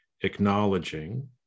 Acknowledging